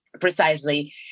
precisely